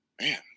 man